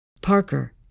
Parker